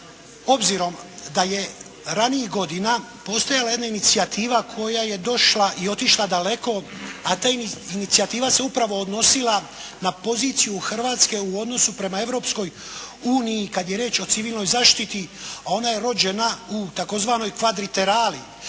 obzirom da je ranijih godina postojala jedna inicijativa koja je došla i otišla daleko a ta inicijativa se upravo odnosila na poziciju Hrvatske u odnosu prema Europskoj uniji kad je riječ o civilnoj zaštiti ona je rođena u tzv. kvadriterali